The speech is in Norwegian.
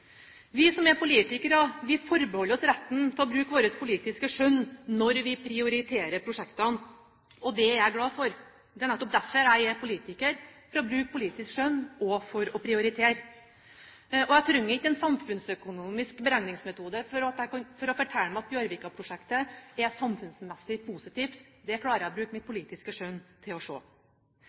Vi som er politikere, forbeholder oss retten til å bruke vårt politiske skjønn når vi prioriterer prosjekter, og det er jeg glad for. Det er nettopp derfor jeg er politiker – for å bruke politisk skjønn og for å prioritere. Jeg trenger ikke en samfunnsøkonomisk beregningsmetode for å fortelle meg at Bjørvika-prosjektet er samfunnsmessig positivt – det klarer jeg å bruke mitt politiske skjønn til å